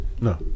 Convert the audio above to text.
No